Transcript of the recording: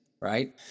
right